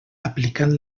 aplicant